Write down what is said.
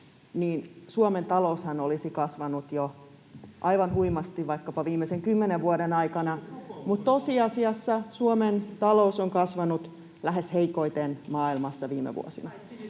niin Suomen taloushan olisi kasvanut jo aivan huimasti vaikkapa viimeisen kymmenen vuoden aikana, [Antti Lindtmanin välihuuto] mutta tosiasiassa Suomen talous on kasvanut lähes heikoiten maailmassa viime vuosina.